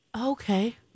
Okay